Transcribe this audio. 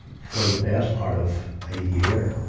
for the best part of a year,